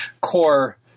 core